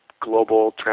global